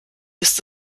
isst